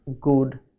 good